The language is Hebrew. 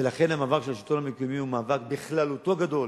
ולכן המאבק של השלטון המקומי הוא מאבק בכללותו גדול.